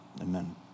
Amen